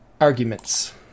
Arguments